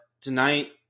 tonight